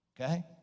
Okay